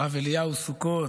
הרב אליהו סוכות,